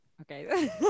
Okay